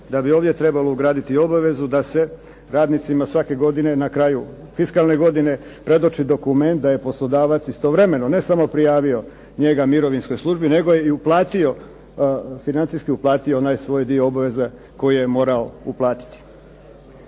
da bi ovdje trebalo ugraditi obavezu da se radnicima svake godine na kraju fiskalne godine predoči dokument da je poslodavac istovremeno, ne samo prijavio njega mirovinskoj službi, nego je i uplatio, financijski uplatio onaj svoj dio obaveze koji je morao uplatiti.